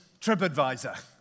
TripAdvisor